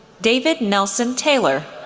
david nelson taylor,